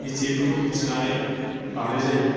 मिथियैफोरखौ मिथिनानै लानाय जायो